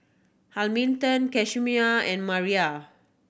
Hamilton Camisha and Marla